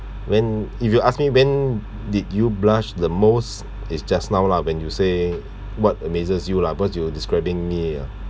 when if you ask me when did you blush the most is just now lah when you say what amazes you lah because you were describing me ah